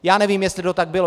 Já nevím, jestli to tak bylo.